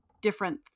different